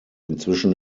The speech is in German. inzwischen